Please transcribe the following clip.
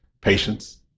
Patience